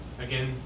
Again